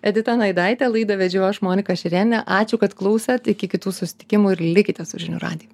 edita naidaite laidą vedžiau aš monika šerėnienė ačiū kad klausėt iki kitų susitikimų ir likite su žinių radiju